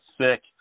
sick